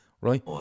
right